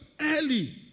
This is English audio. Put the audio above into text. early